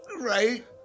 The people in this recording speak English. Right